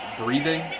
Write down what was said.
breathing